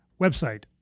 website